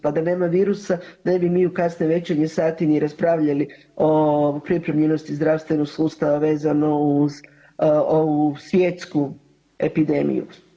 Pa da nema virusa ne bi mi u kasne večernje sate ni raspravljali o pripremljenosti zdravstvenog sustava vezano uz ovu svjetsku epidemiju.